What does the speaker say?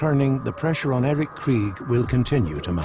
turning the pressure on every crude will continue to